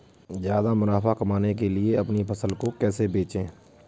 ज्यादा मुनाफा कमाने के लिए अपनी फसल को कैसे बेचें?